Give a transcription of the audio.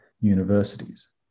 universities